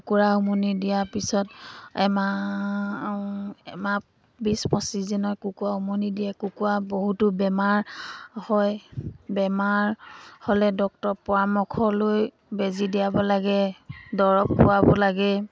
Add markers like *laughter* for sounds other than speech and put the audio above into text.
কুকুৰা উমনি দিয়াৰ পিছত এমাহ এমাহ বিছ *unintelligible* কুকুৰা উমনি দিয়ে কুকুৰা বহুতো বেমাৰ হয় বেমাৰ হ'লে ডক্টৰৰ পৰামৰ্শলৈ বেজি দিয়াব লাগে দৰৱ খোৱাব লাগে